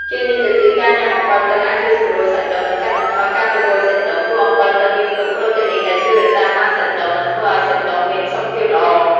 ជាងនេះទៅទៀត ការញុំាអម្ពិលទឹកអាចជួយសម្រួលសាច់ដុំ និងកាត់បន្ថយការចុករោយសាច់ដុំ ព្រោះអម្ពិលទឹកមានផ្ទុកប្រូតេអ៊ីនដែលជួយរក្សាម៉ាសសាច់ដុំ និងធ្វើឱ្យសាច់ដុំមានសុខភាពល្អ។